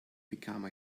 become